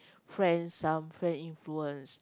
friends some friends influence